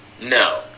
No